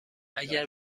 اگر